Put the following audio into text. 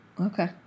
Okay